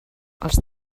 els